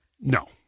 No